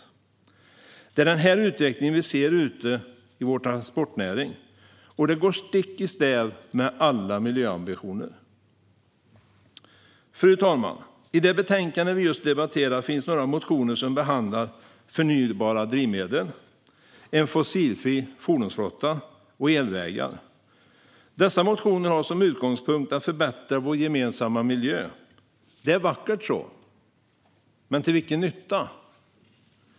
Det är den här utvecklingen vi ser ute i vår transportnäring, vilket går stick i stäv med alla miljöambitioner. Fru talman! I det betänkande vi just debatterar finns några motioner som behandlar förnybara drivmedel, en fossilfri fordonsflotta och elvägar. Dessa motioner har som utgångspunkt att förbättra vår gemensamma miljö. Det är vackert så - men till vilken nytta?